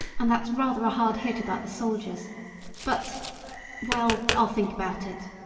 and that's rather a hard hit about the soldiers but well i'll think about it,